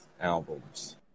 albums